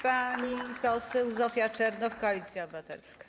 Pani poseł Zofia Czernow, Koalicja Obywatelska.